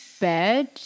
bed